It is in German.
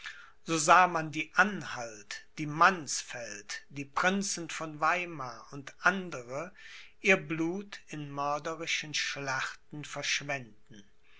so sah man die anhalt die mannsfeld die prinzen von weimar u a ihr blut in mörderischen schlachten verschwenden